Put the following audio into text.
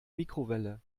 mikrowelle